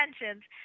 intentions